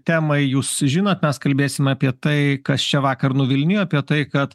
temai jūs žinot mes kalbėsim apie tai kas čia vakar nuvilnijo apie tai kad